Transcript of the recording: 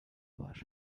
var